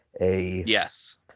Yes